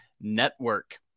Network